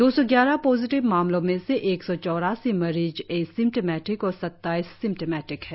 दो सौ ग्यारह पॉजिटिव मामलों में से एक सौ चौरासी मरीज एसिम्टमेटिक और सत्ताइस सिम्टमेटिक है